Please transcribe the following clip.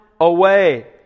away